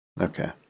Okay